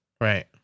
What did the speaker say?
Right